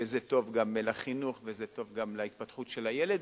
וזה טוב גם לחינוך וזה טוב גם להתפתחות של הילד,